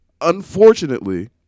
unfortunately